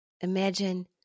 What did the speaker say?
Imagine